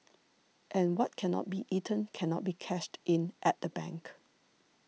and what cannot be eaten cannot be cashed in at the bank